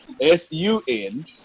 S-U-N